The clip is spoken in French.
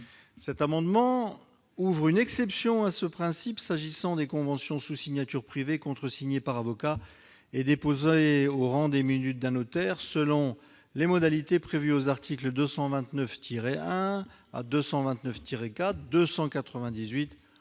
Cet amendement vise à ouvrir une exception à ce principe s'agissant des conventions sous signature privée contresignées par avocats et déposées au rang des minutes d'un notaire, selon les modalités prévues aux articles 229-1 à 229-4, 298